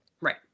Right